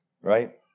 right